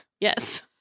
Yes